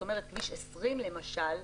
כביש 20 למשל,